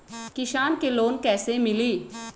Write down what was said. किसान के लोन कैसे मिली?